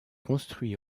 construit